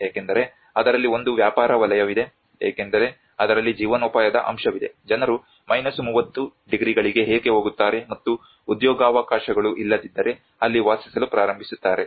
ಏಕೆಂದರೆ ಅದರಲ್ಲಿ ಒಂದು ವ್ಯಾಪಾರ ವಲಯವಿದೆ ಏಕೆಂದರೆ ಅದರಲ್ಲಿ ಜೀವನೋಪಾಯದ ಅಂಶವಿದೆ ಜನರು 30 ಡಿಗ್ರಿಗಳಿಗೆ ಏಕೆ ಹೋಗುತ್ತಾರೆ ಮತ್ತು ಉದ್ಯೋಗಾವಕಾಶಗಳು ಇಲ್ಲದಿದ್ದರೆ ಅಲ್ಲಿ ವಾಸಿಸಲು ಪ್ರಾರಂಭಿಸುತ್ತಾರೆ